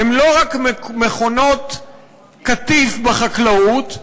הם לא רק מכונות קטיף בחקלאות,